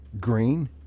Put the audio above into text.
Green